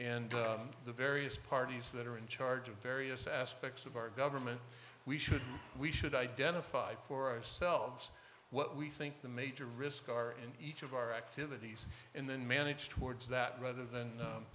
the various parties that are in charge of various aspects of our government we should we should identify for ourselves what we think the major risk or in each of our activities in than manage towards that rather than